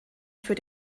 für